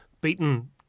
beaten